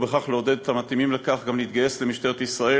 ובכך לעודד את המתאימים לכך גם להתגייס למשטרת ישראל